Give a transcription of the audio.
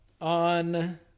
On